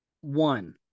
one